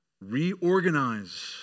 reorganize